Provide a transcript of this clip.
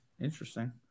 Interesting